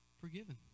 Forgiven